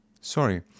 Sorry